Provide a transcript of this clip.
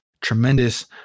Tremendous